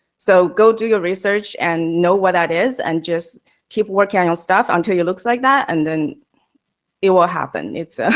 so, go do your research and know what that is and just keep working on your stuff until it looks like that. and then it will happen. it's